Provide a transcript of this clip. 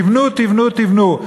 תבנו, תבנו, תבנו.